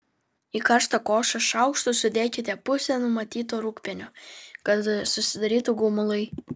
į karštą košę šaukštu sudėkite pusę numatyto rūgpienio kad susidarytų gumulai